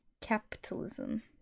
Capitalism